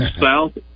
South